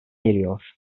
eriyor